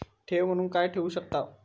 ठेव म्हणून काय ठेवू शकताव?